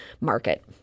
market